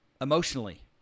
emotionally